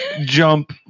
jump